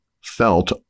felt